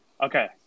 okay